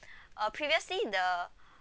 uh previously the